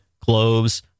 cloves